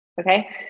okay